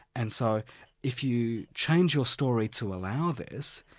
and so if you change your story to allow this,